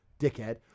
dickhead